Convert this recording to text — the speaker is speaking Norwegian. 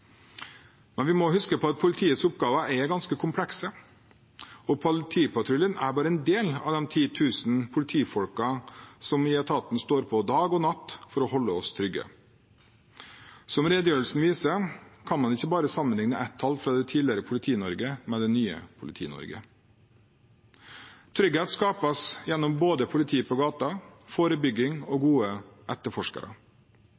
Vi må huske på at politiets oppgaver er ganske komplekse, og at politipatruljen er bare en del av de ti tusen politifolkene som i etaten står på dag og natt for å holde oss trygge. Som redegjørelsen viser, kan man ikke bare sammenligne ett tall fra det tidligere Politi-Norge med det nye Politi-Norge. Trygghet skapes gjennom både politi på gaten, forebygging og